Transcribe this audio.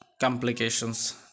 complications